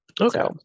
okay